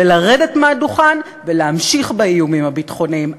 ולרדת מהדוכן ולהמשיך באיומים הביטחוניים.